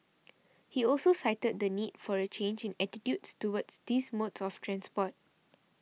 he also cited the need for a change in attitudes towards these modes of transport